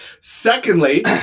Secondly